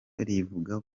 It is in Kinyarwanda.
rivuga